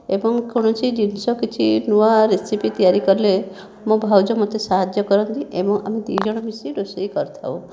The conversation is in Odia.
ଏବଂ କୌଣସି ଜିନିଷ କିଛି ନୂଆ ରେସିପି ତିଆରି କଲେ ମୋ' ଭାଉଜ ମୋତେ ସାହାଯ୍ୟ କରନ୍ତି ଏବଂ ଆମେ ଦୁଇଜଣ ମିଶି ରୋଷେଇ କରିଥାଉ